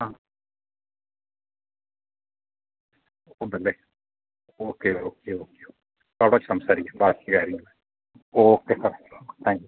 ആ ഉണ്ടല്ലേ okay okay okay അവിടെ വച്ച് സംസാരിക്കാം ബാക്കി കാര്യങ്ങൾ ഓക്കെ ആ താങ്ക് യൂ